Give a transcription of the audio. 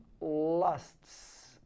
lusts